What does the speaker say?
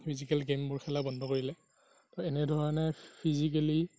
physical গেমবোৰ খেলা বন্ধ কৰিলে আৰু এনেধৰণে ফিজিকেলি